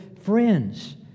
friends